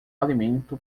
alimento